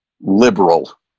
liberal